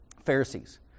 Pharisees